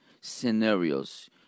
scenarios